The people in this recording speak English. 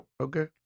Okay